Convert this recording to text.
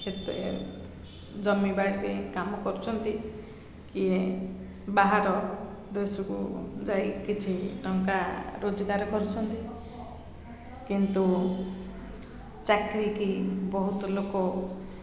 କେତେ ଜମିବାଡ଼ିରେ କାମ କରୁଛନ୍ତି କିଏ ବାହାର ଦେଶକୁ ଯାଇ କିଛି ଟଙ୍କା ରୋଜଗାର କରୁଛନ୍ତି କିନ୍ତୁ ଚାକିରିକି ବହୁତ ଲୋକ